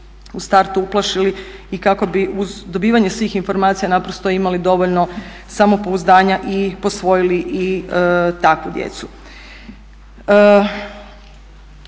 u startu uplašili i kako bi uz dobivanje svih informacija naprosto imali dovoljno samopouzdanja i posvojili takvu djecu.